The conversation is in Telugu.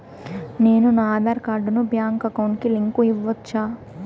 నేను నా ఆధార్ కార్డును బ్యాంకు అకౌంట్ కి లింకు ఇవ్వొచ్చా?